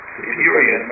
superior